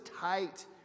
tight